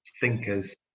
thinkers